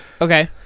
Okay